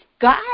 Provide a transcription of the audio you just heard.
God